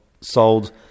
sold